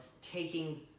taking